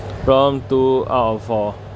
prompt two out of four